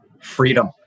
Freedom